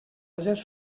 agents